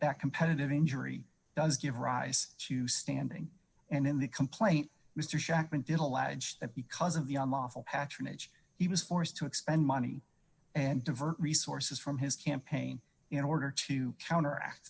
about competitive injury does give rise to standing and in the complaint mister shachtman did allow that because of the unlawful patronage he was forced to expend money and divert resources from his campaign in order to counteract